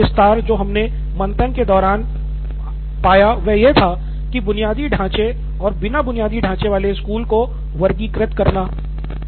एक विचार विस्तार जो हमे मंथन के दौरान आया वह यह था कि बुनियादी ढांचे और बिना बुनियादी ढांचे वाले स्कूलों को वर्गीकृत करना